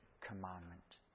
commandment